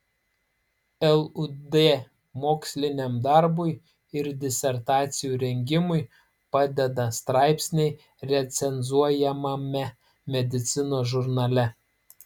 lud moksliniam darbui ir disertacijų rengimui padeda straipsniai recenzuojamame medicinos žurnale